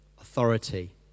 Authority